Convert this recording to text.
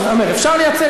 אני אומר: אפשר לייצר